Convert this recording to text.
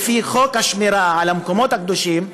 לפי חוק השמירה על המקומות הקדושים,